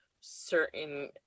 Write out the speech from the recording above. certain